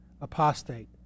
apostate